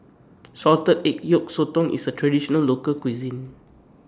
Salted Egg Yolk Sotong IS A Traditional Local Cuisine